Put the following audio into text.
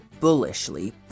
bullishly